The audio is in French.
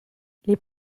les